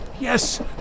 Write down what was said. Yes